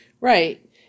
Right